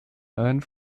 einen